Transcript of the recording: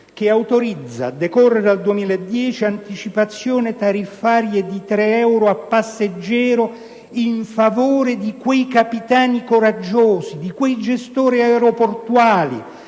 che autorizza, a decorrere dal 2010, anticipazioni tariffarie di tre euro a passeggero in favore di quei capitani coraggiosi, di quei gestori aeroportuali,